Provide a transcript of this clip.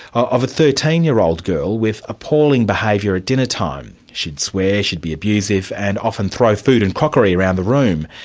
of a thirteen year old girl with appalling behaviour at dinner time. she'd swear, she'd be abusive, and often throw food and crockery around the room.